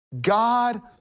God